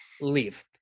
Leave